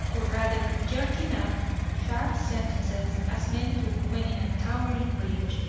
or rather jerking out sharp sentences, as men do when in a towering rage,